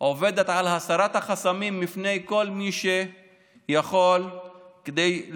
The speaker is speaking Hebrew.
עובדת על הסרת החסמים בפני כל מי שיכול להתקדם.